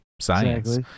science